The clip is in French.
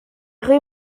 rue